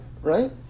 right